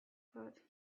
thought